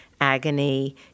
agony